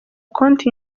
konti